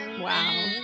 Wow